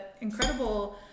incredible